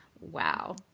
Wow